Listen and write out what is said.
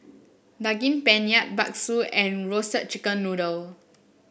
Daging Penyet Bakso and Roasted Chicken Noodle